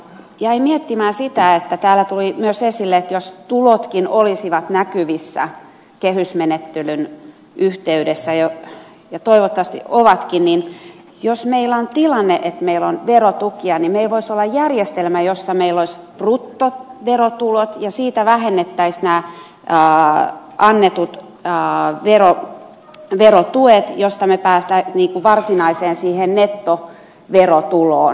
jäin miettimään sitä kun täällä tuli myös esille että jos tulotkin olisivat näkyvissä kehysmenettelyn yhteydessä ja toivottavasti ovatkin niin jos meillä on tilanne että meillä on verotukia meillä voisi olla järjestelmä jossa meillä olisi bruttoverotulot ja siitä vähennettäisiin annetut verotuet mistä me pääsemme siihen varsinaiseen nettoverotuloon